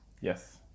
Yes